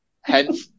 hence